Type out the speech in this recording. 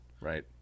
Right